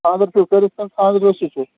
خانٛدَر چھُو کٔرِتھ کِنہٕ خانٛدَرٕ روٚستُے چھُو